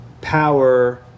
power